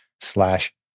slash